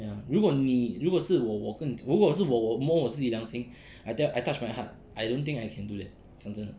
ya 如果你如果是我我跟如果是我我摸我自己良心 I tell I touch my heart I don't think I can do that 讲真的